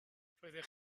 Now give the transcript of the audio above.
roeddech